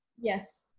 Yes